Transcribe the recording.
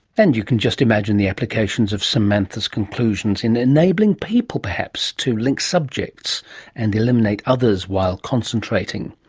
and you can just imagine the applications of samantha's conclusions in enabling people perhaps to link subjects and eliminate others while concentrating.